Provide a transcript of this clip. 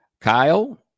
Kyle